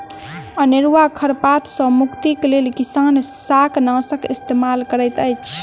अनेरुआ खर पात सॅ मुक्तिक लेल किसान शाकनाशक इस्तेमाल करैत अछि